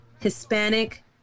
Hispanic